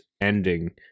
ending